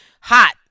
Hot